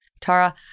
Tara